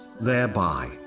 thereby